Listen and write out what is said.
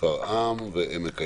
שפערם ועמק הירדן.